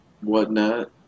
whatnot